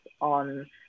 on